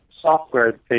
software